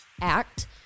act